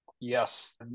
Yes